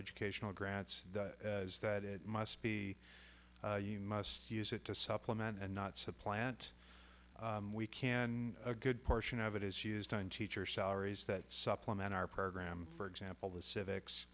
educational grants is that it must be you must use it to supplement and not supplant we can a good portion of it is used in teacher salaries that supplement our program for example the civics